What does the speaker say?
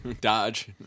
Dodge